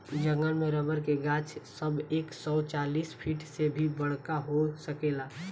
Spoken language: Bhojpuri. जंगल में रबर के गाछ सब एक सौ चालीस फिट से भी बड़का हो सकेला